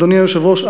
אדוני היושב-ראש,